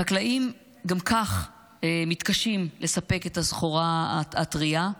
החקלאים גם כך מתקשים לספק את הסחורה הטרייה,